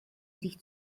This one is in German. sich